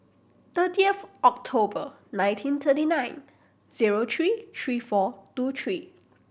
thirtieth October nineteen twenty nine zero three three four two three